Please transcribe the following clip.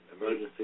emergency